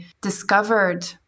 discovered